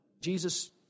Jesus